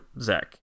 Zach